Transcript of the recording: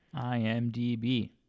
IMDb